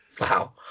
Wow